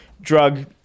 drug